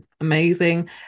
amazing